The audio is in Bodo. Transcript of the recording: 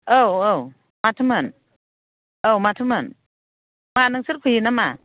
औ औ माथोमोन औ माथोमोन मा नोंसोर फैयो नामा